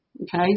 okay